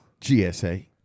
GSA